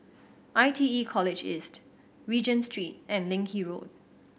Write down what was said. I T E College East Regent Street and Leng Kee Road